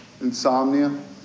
Insomnia